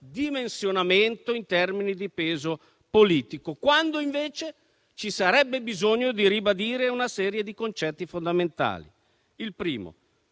ridimensionamento in termini di peso politico, quando invece ci sarebbe bisogno di ribadire una serie di concetti fondamentali.